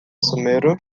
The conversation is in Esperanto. somero